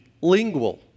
lingual